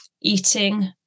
eating